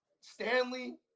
Stanley